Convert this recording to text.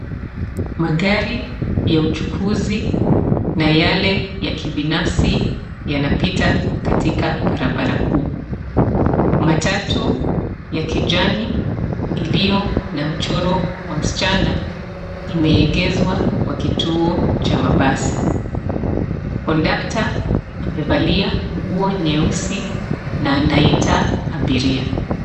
Magari ya uchukuzi na yale ya kibinafsi, yanapita katika barabara kuu. Matatu ya kijani iliyo na mchoro wa msichana imeegeshwa kwa kituo cha mabasi. Conductor amevalia nguo nyeusi na anaita abiria.